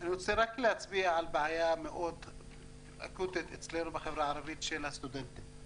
אני רוצה להצביע על בעיה מאוד אקוטית אצלנו בחברה הערבית של הסטודנטים.